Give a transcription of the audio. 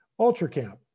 UltraCamp